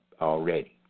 already